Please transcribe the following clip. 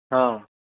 ହଁ